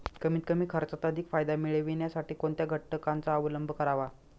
कमीत कमी खर्चात अधिक फायदा मिळविण्यासाठी कोणत्या घटकांचा अवलंब करावा?